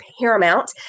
paramount